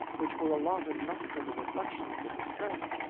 which were allotted not for the reflection of the distressed,